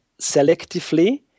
selectively